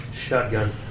Shotgun